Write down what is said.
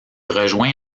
rejoint